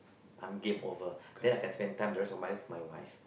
I'm game over then I can spend time the rest of my life with my wife